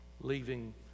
leaving